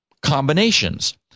combinations